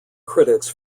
critics